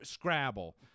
Scrabble